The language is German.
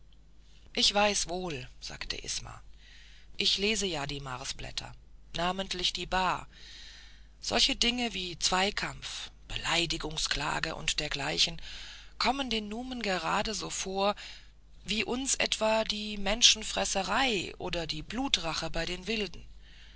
ich weiß wohl sagte isma ich lese ja die marsblätter namentlich die ba solche dinge wie zweikampf beleidigungsklagen und dergleichen kommen den numen gerade so vor wie uns etwa die menschenfresserei oder die blutrache bei den wilden